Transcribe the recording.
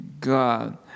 God